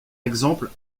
exemple